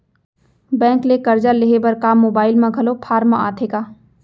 Bank ले करजा लेहे बर का मोबाइल म घलो फार्म आथे का?